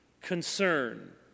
concern